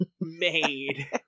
made